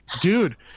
Dude